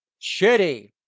shitty